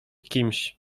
kimś